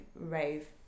rave